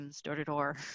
door-to-door